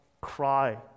cry